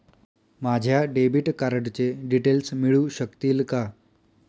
माझ्या डेबिट कार्डचे डिटेल्स मिळू शकतील का?